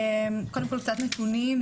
קודם כל קצת נתונים.